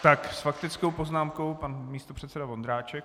S faktickou poznámkou pan místopředseda Vondráček.